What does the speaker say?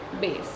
base